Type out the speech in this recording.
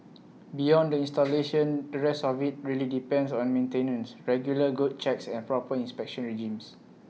beyond the installation the rest of IT really depends on maintenance regular good checks and proper inspection regimes